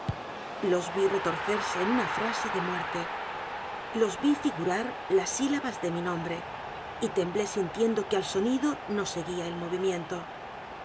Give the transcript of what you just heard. los vi retorcerse en una frase de muerte los vi figurar las sílabas de mi nombre y temblé sintiendo que al sonido no seguía el movimiento